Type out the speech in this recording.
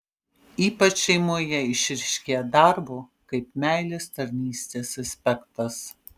ypač šeimoje išryškėja darbo kaip meilės tarnystės aspektas